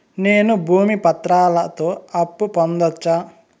నేను భూమి పత్రాలతో అప్పు పొందొచ్చా?